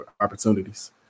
opportunities